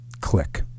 click